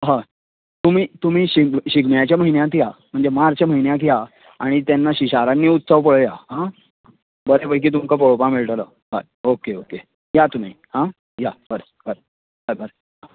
हय तुमी तुमी शिग शिगम्याच्या म्हयन्यांत या म्हणजे मार्च म्हयन्याक या आनी तेन्ना शिशारान्नी उत्सव पळयात हां बरें पैकी तुमका पळोवपाक मेळटलो हय ओके ओके या तुमी हां या बरें बरें हय बरें आं